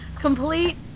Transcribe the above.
complete